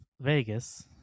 vegas